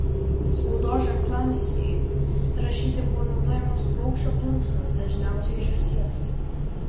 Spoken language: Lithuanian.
spaudos ženklams rašyti buvo naudojamos paukščio plunksnos dažniausiai žąsies